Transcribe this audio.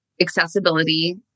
accessibility